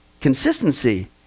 Consistency